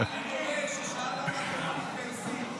המורה ששאל למה אתם לא מתגייסים.